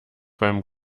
beim